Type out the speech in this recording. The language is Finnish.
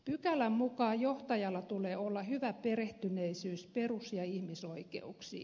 pykälän mukaan johtajalla tulee olla hyvä perehtyneisyys perus ja ihmisoikeuksiin